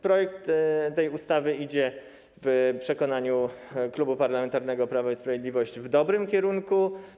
Projekt tej ustawy w przekonaniu Klubu Parlamentarnego Prawo i Sprawiedliwość idzie w dobrym kierunku.